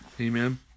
Amen